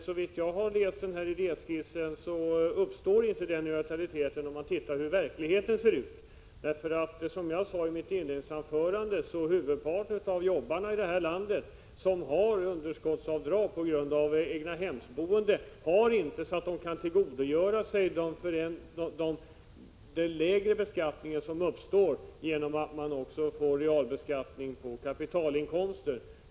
Såvitt jag kunnat finna när jag läst idéskissen uppstår inte denna neutralitet om man tittar på hur verkligheten ser ut. Som jag sade i mitt inledningsanförande har huvudparten av arbetarna i landet, som har underskottsavdrag på grund av egnahemsboende, inte möjlighet att tillgodogöra sig den lägre beskattning som uppstår genom realbeskattning på kapitalinkomster.